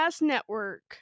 Network